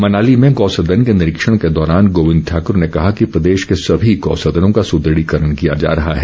मनाली में गौसदन के निरीक्षण के दौरान गोविंद ठाकूर ने कहा कि प्रदेश के सभी गौसदनों का सुदृढ़ीकरण किया जा रहा है